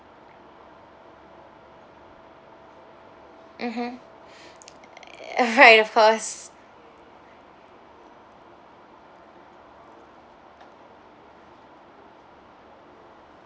mmhmm right of course